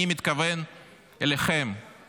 אני מתכוון אליכם,